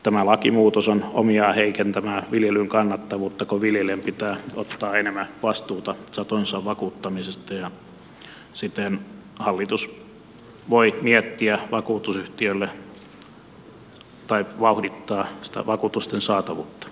tämä lakimuutos on omiaan heikentämään viljelyn kannattavuutta kun viljelijän pitää ottaa enemmän vastuuta satonsa vakuuttamisesta ja siten hallitus voi vauhdittaa sitä vakuutusten saatavuutta